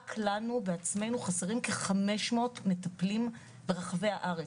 רק לנו, בעצמנו, חסרים כ-500 מטפלים ברחבי הארץ.